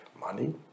money